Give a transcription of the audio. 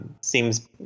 seems